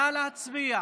נא להצביע.